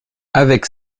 avec